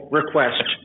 request